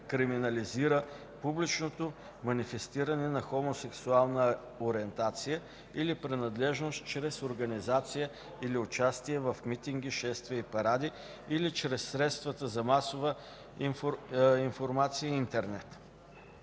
криминализира публичното манифестиране на хомосексуална ориентация или принадлежност чрез организация или участие в митинги, шествия и паради, или чрез средствата за масова информация и интернет.